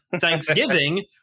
Thanksgiving